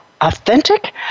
authentic